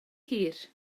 hir